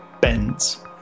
bends